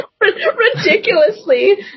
ridiculously